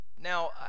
Now